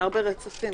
הצבעה ברצפים.